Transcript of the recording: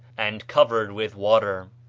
and covered with water.